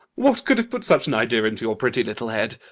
what could have put such an idea into your pretty little head?